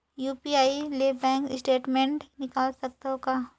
UPI ले bank statement निकाल सकत हवं का?